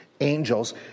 angels